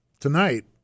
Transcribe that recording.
tonight